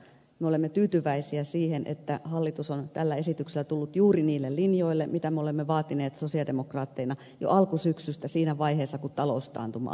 me olemme tyytyväisiä siihen että hallitus on tällä esityksellä tullut juuri niille linjoille joita me olemme vaatineet sosialidemokraatteina jo alkusyksystä siinä vaiheessa kun taloustaantuma alkoi